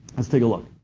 let's take a look.